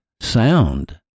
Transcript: sound